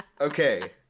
Okay